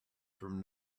from